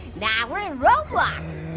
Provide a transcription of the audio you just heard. nah, we're in roblox.